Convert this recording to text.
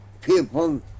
People